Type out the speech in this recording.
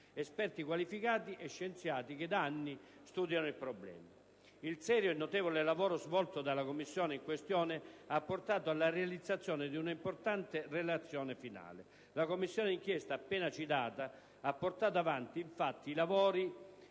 esperti qualificati e scienziati che da anni studiano il problema. Il serio e notevole lavoro svolto dalla Commissione in questione ha portato alla realizzazione di una importante relazione finale. La Commissione d'inchiesta appena citata ha portato avanti infatti i lavori